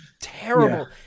terrible